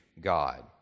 God